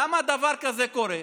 למה דבר כזה קורה?